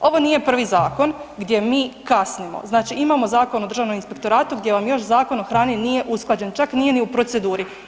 Ovo nije prvi zakon gdje mi kasnimo, znači imamo Zakon o Državnom inspektoratu gdje vam još Zakon o hrani nije usklađen, čak nije ni u proceduri.